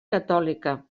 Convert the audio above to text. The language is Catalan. catòlica